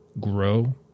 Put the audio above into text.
grow